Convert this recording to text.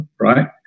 right